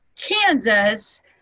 Kansas